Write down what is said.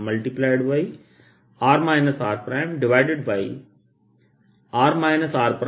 r r